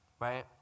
right